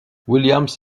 williams